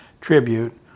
tribute